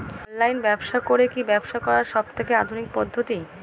Online ব্যবসা করে কি ব্যবসা করার সবথেকে আধুনিক পদ্ধতি?